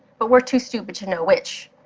but we're too stupid to know which,